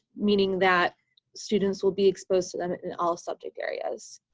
meaning that students will be exposed to them in all subject areas.